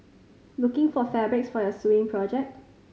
looking for fabrics for your sewing project